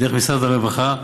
דרך משרד הרווחה.